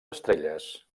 estrelles